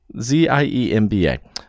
Z-I-E-M-B-A